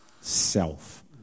self